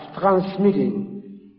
transmitting